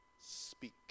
speak